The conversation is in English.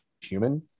human